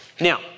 Now